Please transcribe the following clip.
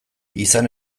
izan